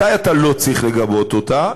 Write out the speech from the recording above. מתי אתה לא צריך לגבות אותה?